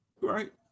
Right